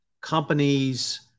companies